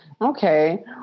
Okay